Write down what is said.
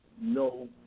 No